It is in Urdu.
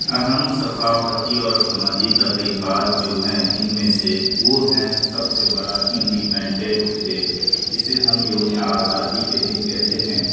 اہم سقافتی اور سماجی تقریبات جو ہیں ان میں سے وہ ہیں سب سے بڑا انڈیپینس ڈے جسے ہم یوم آزادی کے دن کہتے ہیں